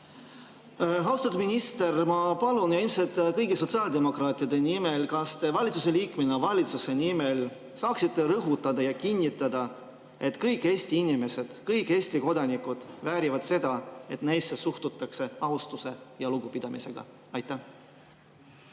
Austatud minister, ma palun, ja seda ilmselt kõigi sotsiaaldemokraatide nimel, kas te valitsuse liikmena, valitsuse nimel saaksite rõhutada ja kinnitada, et kõik Eesti inimesed, kõik Eesti kodanikud väärivad seda, et neisse suhtutakse austuse ja lugupidamisega? Aitäh,